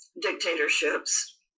Dictatorships